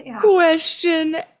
Question